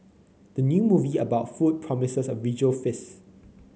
the new movie about food promises a visual feast